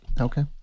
Okay